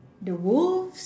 the wolves